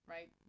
Right